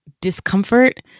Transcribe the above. discomfort